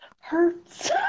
hurts